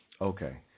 Okay